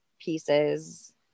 pieces